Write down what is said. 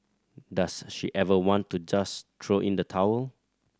does she ever want to just throw in the towel